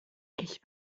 ich